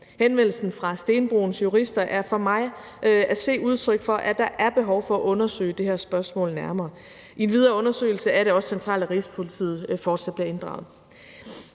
Henvendelsen fra Stenbroens Jurister er for mig at se et udtryk for, at der er behov for at undersøge det her spørgsmål nærmere. I en videre undersøgelse er det også centralt, at Rigspolitiet fortsat bliver inddraget.